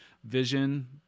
Vision